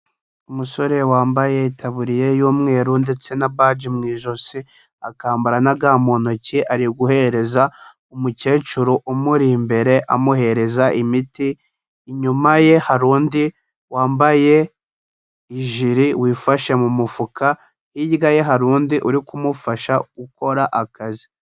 Umusore wambaye itaburiya y'umweru ndetse na baji mu ijosi, akambara na ga mu ntoki, ari guhereza umukecuru umuri imbere, amuhereza imiti, inyuma ye hari undi wambaye ijiri wifashe mu mufuka, hirya ye hari undi uri kumufasha gukora akazi.